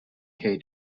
cay